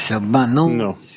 no